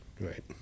right